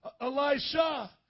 Elisha